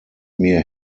mir